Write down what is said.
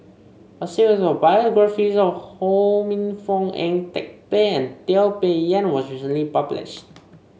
a series of biographies Ho Minfong Ang Teck Bee and Teo Bee Yen was recently published